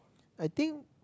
I think